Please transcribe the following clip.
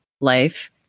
Life